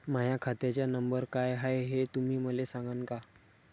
माह्या खात्याचा नंबर काय हाय हे तुम्ही मले सागांन का?